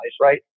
right